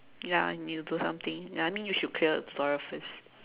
ya I need to do something ya I mean you should clear the tutorial first